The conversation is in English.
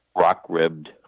rock-ribbed